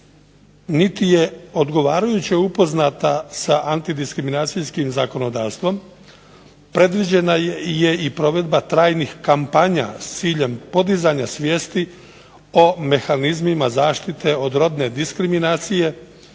niti je odgovarajuće upoznata sa antidiskriminacijskim zakonodavstvom, predviđena je i provedba trajnih kampanja s ciljem podizanja svijesti o mehanizmima zaštite od rodne diskriminacije,